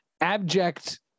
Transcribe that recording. abject